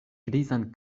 grizan